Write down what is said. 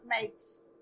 makes